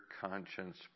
conscience